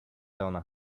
down